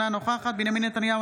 אינה נוכחת בנימין נתניהו,